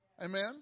amen